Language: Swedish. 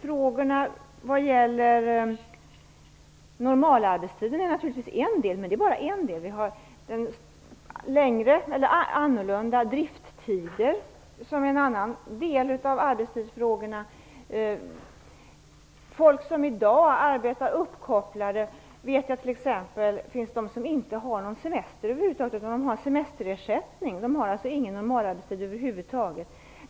Normalarbetstiden är bara en del av arbetstidsfrågorna. Annorlunda driftstider är en annan. Jag vet att det finns de som i dag sitter hemma och arbetar med sin dator uppkopplad och inte har någon semester. De har semesterersättning. De har ingen normalarbetstid över huvud taget.